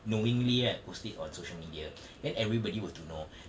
knowingly right post it on social media then everybody were to know